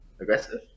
aggressive